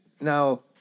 now